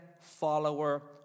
follower